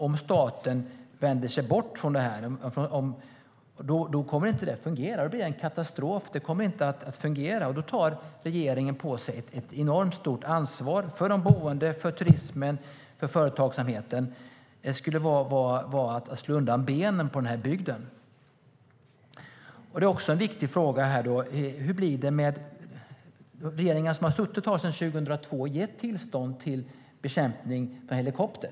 Om staten vänder sig bort från det här blir det en katastrof och kommer inte att fungera. Då tar regeringen på sig ett enormt stort ansvar, för de boende, för turismen och för företagsamheten. Det skulle vara att slå undan benen på bygden. Sedan 2002 har sittande regeringar gett tillstånd till bekämpning med helikopter.